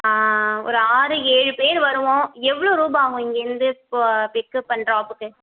ஆ ஒரு ஆறு ஏழு பேர் வருவோம் எவ்வளோ ரூபாய் ஆகும் இங்கிருந்து இப்போது பிக்அப் அண்ட் ட்ராப்புக்கு